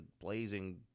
blazing